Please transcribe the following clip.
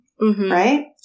right